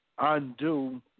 Undo